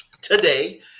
today